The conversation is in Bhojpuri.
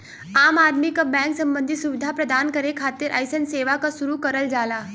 आम आदमी क बैंक सम्बन्धी सुविधा प्रदान करे खातिर अइसन सेवा क शुरू करल जाला